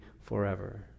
forever